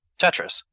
Tetris